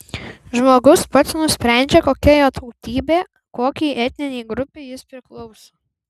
žmogus pats nusprendžia kokia jo tautybė kokiai etninei grupei jis priklauso